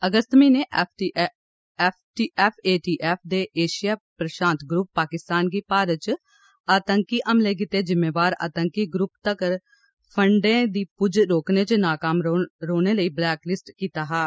अगस्त म्हीने एफएटीएफ दे एशिया प्रशांत युपै पाकिस्तान गी भारत च आतंकी हमलें लेई जिम्मेवार आतंकी ग्रुपें तक्कर फंडें दी पुज्ज रोकने च नाकाम रौह्ने लेई ब्लैकलिस्ट कीता हा